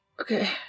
Okay